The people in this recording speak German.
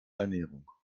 ernährung